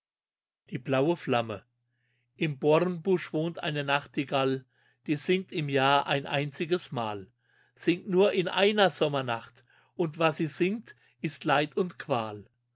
die blaue flamme im bornbusch wohnt eine nachtigall die singt im jahr ein einziges mal singt nur in einer sommernacht und was sie singt ist leid und qual